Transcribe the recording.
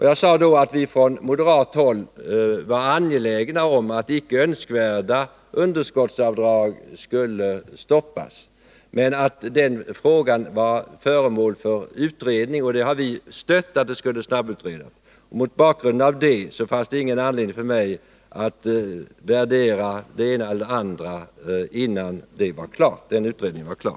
Jag sade då att vi från moderat håll var angelägna om att icke önskvärda underskottsavdrag skulle stoppas, men att den frågan var föremål för utredning. En snabbutredning därom har vi också givit vårt stöd. Det fanns därför ingen anledning för mig att värdera det ena eller andra innan utredningen var klar.